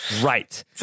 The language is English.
Right